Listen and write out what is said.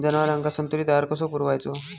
जनावरांका संतुलित आहार कसो पुरवायचो?